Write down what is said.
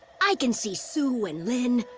i can see su and lin,